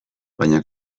baina